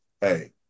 hey